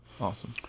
Awesome